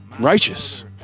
righteous